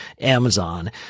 Amazon